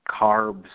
carbs